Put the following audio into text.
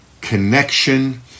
connection